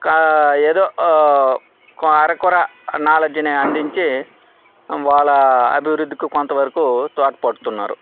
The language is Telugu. కా ఏదో అరా కొరా నాలెడ్జ్ని అందించి వాళ్ళ అభివృద్ధికి కొంతవరకు తోడ్పడుతున్నారు